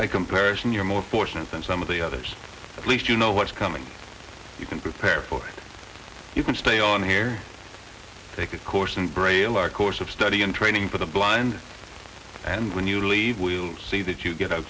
by comparison you're more fortunate than some of the others at least you know what's coming you can prepare for you can stay on here take a course in braille our course of study and training for the blind and when you leave we'll see that you get